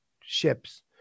ships